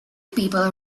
people